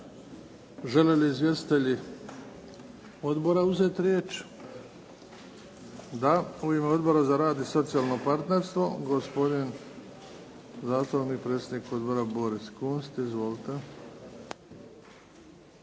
Žele li izvjestitelji odbora uzeti riječ? Da. U ime Odbora za rad i socijalno partnerstvo gospodin zastupnik predsjednik odbora gospodin Kunst. Izvolite.